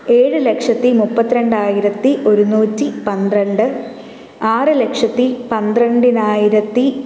ഏഴ് ലക്ഷത്തി മുപ്പത്തി രണ്ടായിരത്തി ഒരുന്നൂറ്റി പന്ത്രണ്ട് ആറ് ലക്ഷത്തി പന്ത്രണ്ടിനായിരത്തി